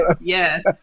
yes